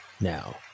now